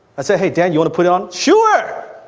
i said hey, dan, you wanna put it on? sure!